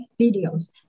videos